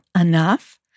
enough